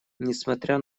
несмотря